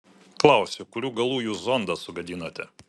klausiu kurių galų jūs zondą sugadinote